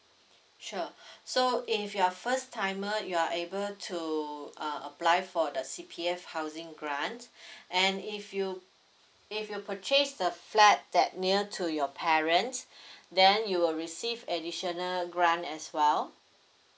sure so if you are first timer you are able to uh apply for the C_P_F housing grants and if you if you purchase the flat that near to your parents then you will receive additional grant as well